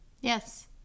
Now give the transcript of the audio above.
Yes